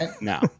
No